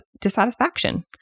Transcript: dissatisfaction